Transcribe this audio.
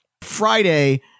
Friday